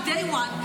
מ-day one,